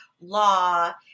law